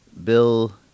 bill